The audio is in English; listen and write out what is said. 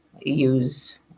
use